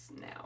now